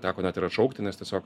teko net ir atšaukti nes tiesiog